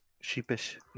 sheepish